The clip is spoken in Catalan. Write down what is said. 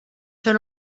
són